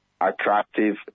attractive